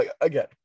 Again